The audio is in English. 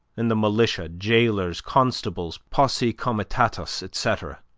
and the militia, jailers, constables, posse comitatus, etc.